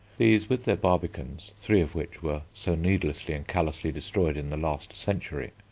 these, with their barbicans, three of which were so needlessly and callously destroyed in the last century,